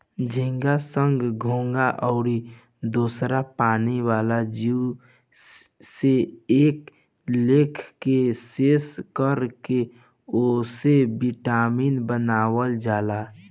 झींगा, संख, घोघा आउर दोसर पानी वाला जीव से कए लेखा के शोध कर के ओसे विटामिन बनावल जाला